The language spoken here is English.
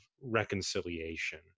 reconciliation